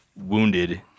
wounded